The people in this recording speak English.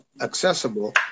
accessible